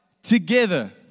Together